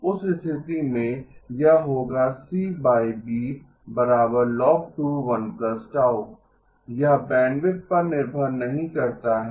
उस स्थिति में यह होगा यह बैंडविड्थ पर निर्भर नहीं करता है